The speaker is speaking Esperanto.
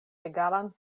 egalan